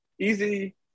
Easy